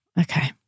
Okay